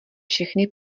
všechny